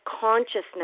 consciousness